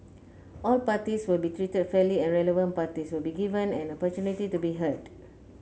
all parties will be treated fairly and relevant parties will be given an opportunity to be heard